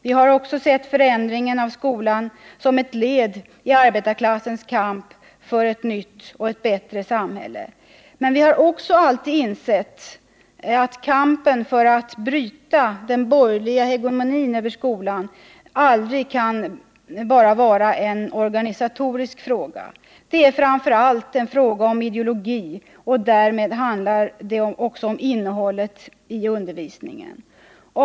Vi har också sett förändringen av skolan som ett led i arbetarklassens kamp för ett nytt och bättre samhälle. Men vi har också alltid insett, att kampen för att bryta den borgerliga hegemonin över skolan aldrig bara kan vara en organisatorisk fråga. Det är framför allt en fråga om ideologi och därmed handlar det också om innehållet i undervisningen.